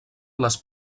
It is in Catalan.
les